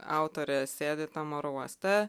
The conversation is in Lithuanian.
autorė sėdi tam oro uoste